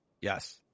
Yes